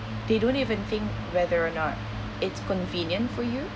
they don't even think whether or not it's convenient for you